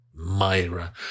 Myra